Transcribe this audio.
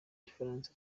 igifaransa